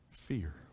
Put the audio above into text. fear